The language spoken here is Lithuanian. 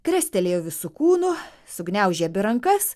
krestelėjo visu kūnu sugniaužė abi rankas